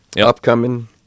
upcoming